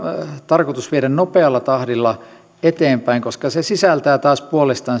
tarkoitus viedä nopealla tahdilla eteenpäin koska se sisältää taas puolestaan